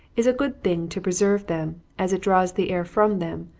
is a good thing to preserve them, as it draws the air from them,